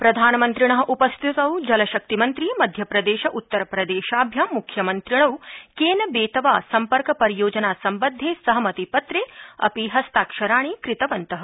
प्रधानमन्त्रिणः उपस्थितौ जलशक्तिमन्त्री मध्य प्रदेश उत्तर प्रदेशाभ्यां मुख्यमंत्रिणौ केन बेतवा सम्पर्कपरियोजना संबद्धे सहमतिपत्रे अपि हस्ताक्षराणि कृतवन्तः